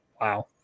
Wow